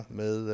med